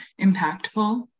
impactful